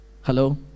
hello